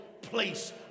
place